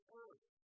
earth